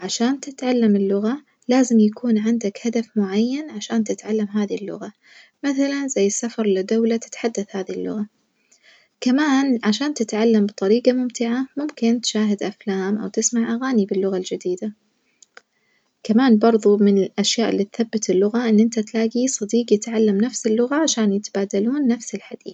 عشان تتعلم اللغة لازم يكون عندك هدف معين عشان تتعلم هذي اللغة، مثلًا زي السفر لدولة تتحدث هذي اللغة كمان عشان تتعلم بطريجة ممتعة ممكن تشاهد أفلام أو تسمع أغاني باللغة الجديدة، كمان برظه من الأشياء اللي تثبت اللغة إن أنت تلاجي صديج يتعلم نفس اللغة عشان يتبادلون نفس الحديث.